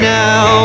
now